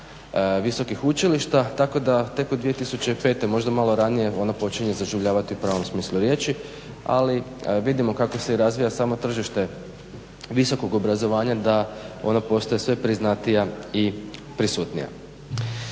visokih učilišta tako da tek od 2005., možda malo ranije, ona počinje zaživljavati u pravom smislu riječi. Ali vidimo kako se razvija samo tržište visokog obrazovanja, da ona postaje sve priznatija i prisutnija.